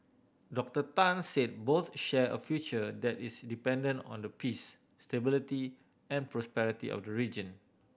Doctor Tan said both share a future that is dependent on the peace stability and prosperity of the region